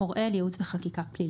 ייעוץ וחקיקה.